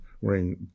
wearing